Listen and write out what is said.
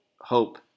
hope